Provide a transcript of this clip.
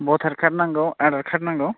भटार कार्ड नांगौ आधार कार्ड नांगौ